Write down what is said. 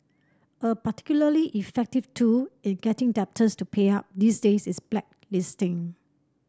a particularly effective tool in getting debtors to pay up these days is blacklisting